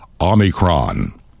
Omicron